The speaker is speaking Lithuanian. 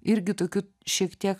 irgi tokiu šiek tiek